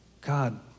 God